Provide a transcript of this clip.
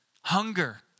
hunger